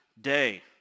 day